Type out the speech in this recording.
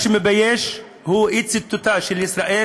מה שמבייש הוא אי-ציותה של ישראל,